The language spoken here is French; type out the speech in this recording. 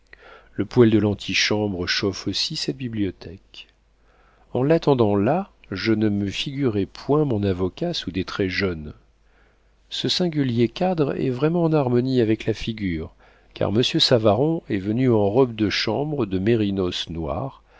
le poêle de l'antichambre chauffe aussi cette bibliothèque en l'attendant là je ne me figurais point mon avocat sous des traits jeunes ce singulier cadre est vraiment en harmonie avec la figure car monsieur savaron est venu en robe de chambre de mérinos noir